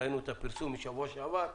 ראינו את הפרסום משבוע שעבר,